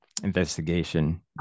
investigation